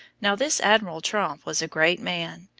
now this admiral tromp was a great man.